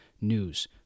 News